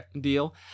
deal